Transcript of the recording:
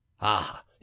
Ah